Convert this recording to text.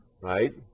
right